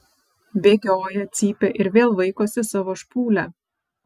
bėgioja cypia ir vėl vaikosi savo špūlę